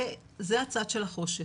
זה הצד של החושך.